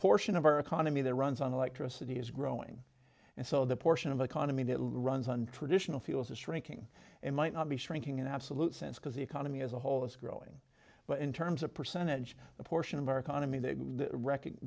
portion of our economy that runs on electricity is growing and so the portion of the economy that runs on traditional fuels is shrinking and might not be shrinking in absolute sense because the economy as a whole is growing but in terms of percentage portion of our economy